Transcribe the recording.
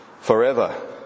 forever